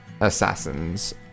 assassins